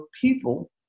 people